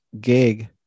gig